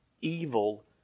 Evil